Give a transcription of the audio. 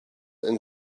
and